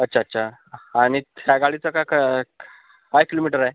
अच्छा अच्छा आणि त्या गाडीचं काय क काय किलोमीटर आहे